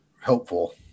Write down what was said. helpful